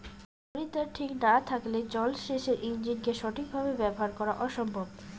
তড়িৎদ্বার ঠিক না থাকলে জল সেচের ইণ্জিনকে সঠিক ভাবে ব্যবহার করা অসম্ভব